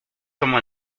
como